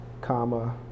comma